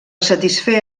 satisfer